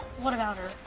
what about her?